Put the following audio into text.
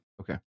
Okay